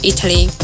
Italy